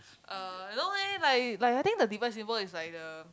uh no leh like like I think the divide symbol is like the